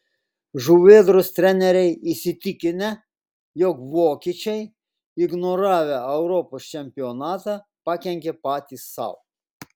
žuvėdros treneriai įsitikinę jog vokiečiai ignoravę europos čempionatą pakenkė patys sau